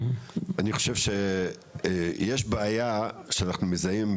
אני חושב שיש בעיה שאנחנו מזהים,